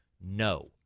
no